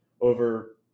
over